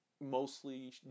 mostly